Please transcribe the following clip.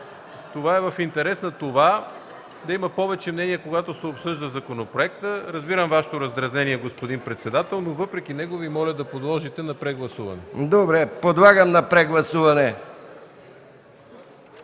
То е в интерес на това да има повече мнения, когато се обсъжда законопроектът. Разбирам Вашето раздразнение, господин председател, но въпреки него, Ви моля да подложите на прегласуване... ПРЕДСЕДАТЕЛ МИХАИЛ